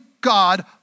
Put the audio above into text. God